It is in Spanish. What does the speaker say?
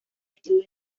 estudio